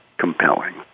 Compelling